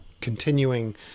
continuing